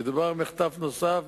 מדובר על מחטף נוסף,